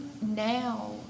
now